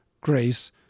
grace